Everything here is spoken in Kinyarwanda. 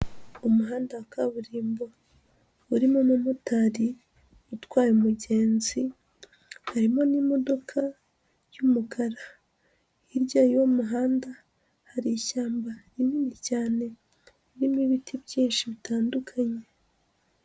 Umuhanda wa kaburimbo urimo umumotari utwaye umugenzi, harimo n'imodoka y'umukara, hirya y'uwo muhanda hari ishyamba rinini cyane ririmo ibiti byinshi bitandukanye.